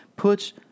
puts